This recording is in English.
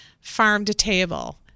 farm-to-table